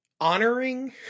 honoring